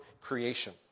creation